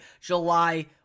July